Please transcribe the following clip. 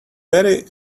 very